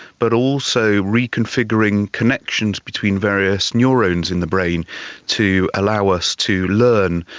but also reconfiguring connections between various neurones in the brain to allow us to learn,